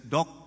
Doc